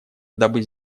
дабы